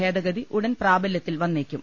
ഭേദഗതി ഉടൻ പ്രാബല്യത്തിൽ വന്നേക്കും